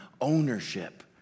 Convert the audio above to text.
ownership